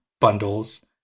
bundles